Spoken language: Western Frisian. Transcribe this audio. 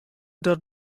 docht